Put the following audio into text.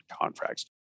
contracts